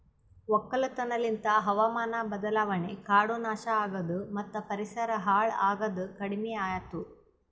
ಒಕ್ಕಲತನ ಲಿಂತ್ ಹಾವಾಮಾನ ಬದಲಾವಣೆ, ಕಾಡು ನಾಶ ಆಗದು ಮತ್ತ ಪರಿಸರ ಹಾಳ್ ಆಗದ್ ಕಡಿಮಿಯಾತು